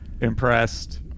impressed